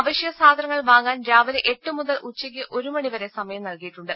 അവശ്യ സാധനങ്ങൾ വാങ്ങാൻ രാവിലെ എട്ടുമുതൽ ഉച്ചയ്ക്ക് ഒരു മണി വരെ സമയം നൽകിയിട്ടുണ്ട്